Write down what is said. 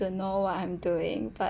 to know what I'm doing but